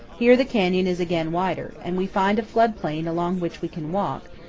here the canyon is again wider, and we find a flood-plain along which we can walk,